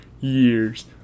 years